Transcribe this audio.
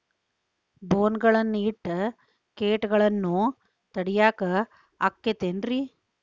ಬೋನ್ ಗಳನ್ನ ಇಟ್ಟ ಕೇಟಗಳನ್ನು ತಡಿಯಾಕ್ ಆಕ್ಕೇತೇನ್ರಿ?